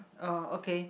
oh okay